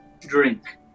drink